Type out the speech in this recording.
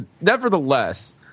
nevertheless